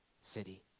city